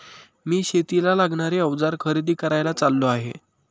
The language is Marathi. मी शेतीला लागणारे अवजार खरेदी करायला चाललो आहे